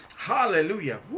Hallelujah